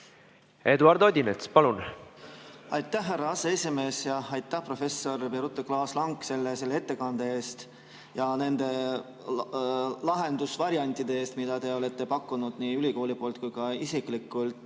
Eduard Odinets, palun! Aitäh, härra aseesimees! Ja aitäh, professor Birute Klaas-Lang, selle ettekande eest ja nende lahendusvariantide eest, mida te olete pakkunud nii ülikooli poolt kui ka isiklikult!